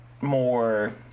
more